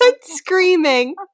screaming